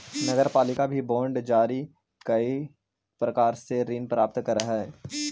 नगरपालिका भी बांड जारी कईक प्रकार से ऋण प्राप्त करऽ हई